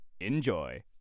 enjoy